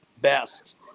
best